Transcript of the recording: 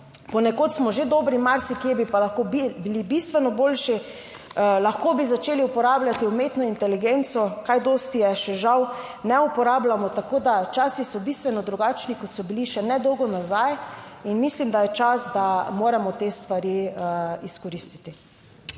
Ponekod smo že dobri, marsikje bi pa lahko bili bistveno boljši. Lahko bi začeli uporabljati umetno inteligenco, kaj dosti je še žal ne uporabljamo. Tako da časi so bistveno drugačni, kot so bili še nedolgo nazaj in mislim, da je čas, da moramo te stvari izkoristiti.